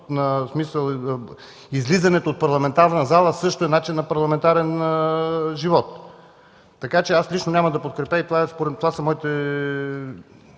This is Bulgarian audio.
излизането от парламентарната зала също е начин на парламентарен живот? Аз лично няма да подкрепя и това са моите